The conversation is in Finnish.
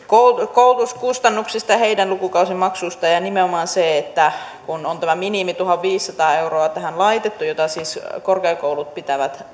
koulutuskustannuksista ja heidän lukukausimaksuistaan ja ja että kun on nimenomaan tähän minimiksi laitettu tuhatviisisataa euroa jota siis korkeakoulut pitävät